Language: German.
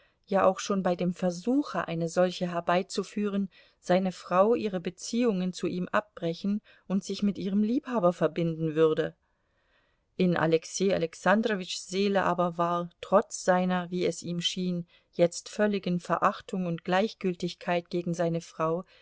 ja auch schon bei dem versuche eine solche herbeizuführen seine frau ihre beziehungen zu ihm abbrechen und sich mit ihrem liebhaber verbinden würde in alexei alexandrowitschs seele aber war trotz seiner wie es ihm schien jetzt völligen verachtung und gleichgültigkeit gegen seine frau